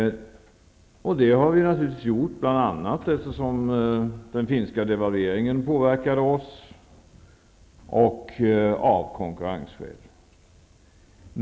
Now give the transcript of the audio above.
Det har vi bl.a. gjort eftersom den finska devalveringen påverkade oss och av konkurrensskäl.